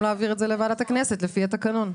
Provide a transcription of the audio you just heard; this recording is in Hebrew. להעביר את זה לוועדת הכנסת לפי התקנון.